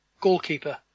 goalkeeper